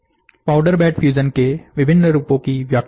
powder bed fusion के विभिन्न रूपों की व्याख्या करें